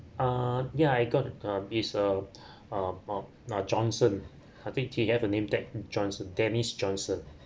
ah yeah I got uh he's uh uh uh johnson I think he have a name tag johnson dennis johnson